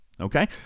okay